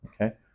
okay